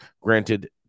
granted